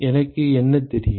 எனக்கு என்ன தெரியும்